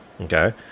Okay